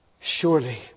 surely